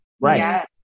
Right